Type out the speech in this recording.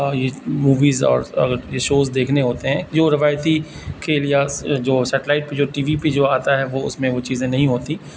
یہ موویز اور یہ شوز دیکھنے ہوتے ہیں جو روایتی کھیل یا س جو سیٹلائٹ پہ جو ٹی وی پہ جو آتا ہے وہ اس میں وہ چیزیں نہیں ہوتی